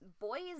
boys